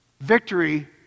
victory